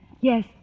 Yes